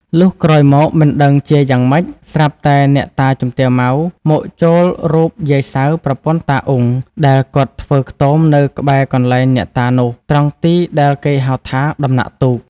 លុះក្រោយមកមិនដឹងជាយ៉ាងម៉េច ស្រាប់តែអ្នកតាជំទាវ ម៉ៅ មកចូលរូបយាយ សៅរ៍ ប្រពន្ធ តា អ៊ុង ដែលគាត់ធ្វើខ្ទមនៅក្បែរកន្លែងអ្នកតានោះ ត្រង់ទីដែលគេហៅថា "ដំណាក់ទូក" ។